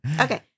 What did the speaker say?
Okay